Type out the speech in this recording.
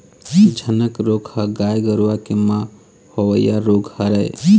झनक रोग ह गाय गरुवा के म होवइया रोग हरय